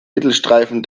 mittelstreifen